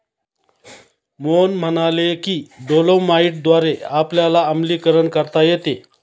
मोहन म्हणाले की डोलोमाईटद्वारे आपल्याला आम्लीकरण करता येते